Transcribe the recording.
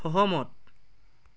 সহমত